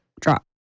drop